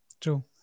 True